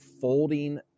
folding